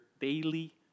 daily